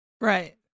Right